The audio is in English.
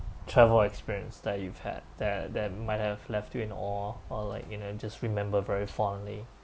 travel experience that you've had that that might have left you in awe or like you know just remember very fondly